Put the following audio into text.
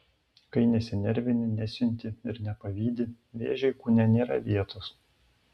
kai nesinervini nesiunti ir nepavydi vėžiui kūne nėra vietos